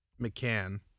McCann